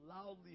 loudly